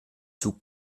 zug